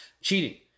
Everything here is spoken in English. cheating